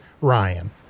Ryan